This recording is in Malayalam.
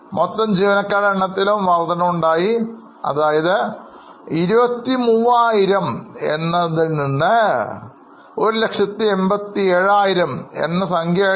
മൊത്തം ജീവനക്കാരുടെ എണ്ണത്തിലും വർദ്ധനവുണ്ടായി അതായത് 23000 നിന്നും 187000 ആയാണ് ഉയർന്നത്